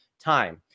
time